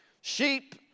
Sheep